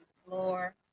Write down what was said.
Floor